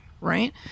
Right